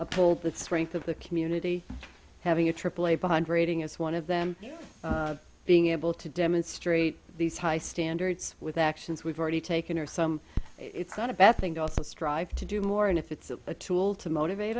uphold the strength of the community having a aaa bond rating as one of them being able to demonstrate these high standards with actions we've already taken or some it's not a bad thing to also strive to do more and if it's a tool to motivate